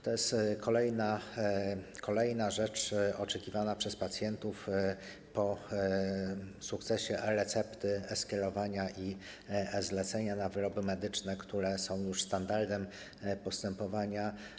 To kolejna rzecz oczekiwana przez pacjentów po sukcesie e-recepty, e-skierowania i e-zlecenia na wyroby medyczne, które są już standardem postępowania.